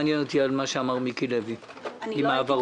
על מה שאמר חבר הכנסת מיקי לוי לגבי העברות?